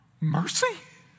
Mercy